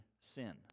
sin